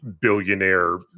billionaire